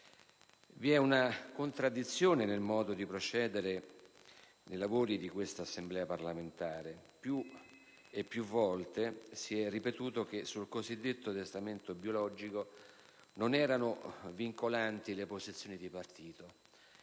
Vi è una contraddizione nel modo di procedere dei lavori di questa Assemblea parlamentare. Più e più volte si è ripetuto che sul cosiddetto testamento biologico non erano vincolanti le posizioni di partito.